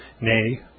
nay